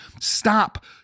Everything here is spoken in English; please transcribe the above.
Stop